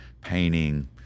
painting